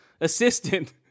assistant